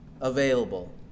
available